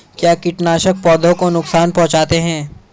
क्या कीटनाशक पौधों को नुकसान पहुँचाते हैं?